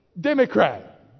Democrat